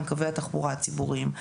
עם קווי התחבורה הציבוריים.